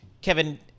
Kevin